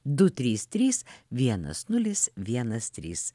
du trys trys vienas nulis vienas trys